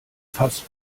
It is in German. fass